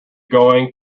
going